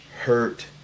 hurt